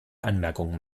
anmerkungen